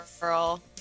girl